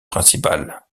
principale